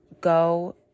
go